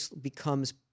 becomes